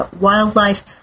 wildlife